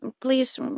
please